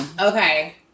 Okay